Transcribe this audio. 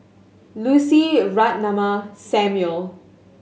Lucy Ratnammah Samuel